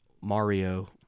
Mario